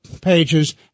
pages